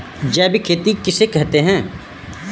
जैविक खेती किसे कहते हैं?